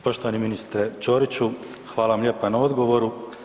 Poštovani ministre Ćoriću, hvala vam lijepa na odgovoru.